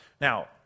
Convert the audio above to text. Now